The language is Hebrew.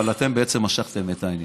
אבל אתם בעצם משכתם את העניין.